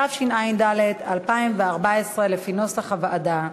התשע"ד 2014, לפי נוסח הוועדה.